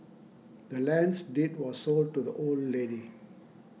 the land's deed was sold to the old lady